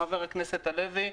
חבר הכנסת הלוי,